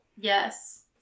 Yes